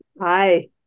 Hi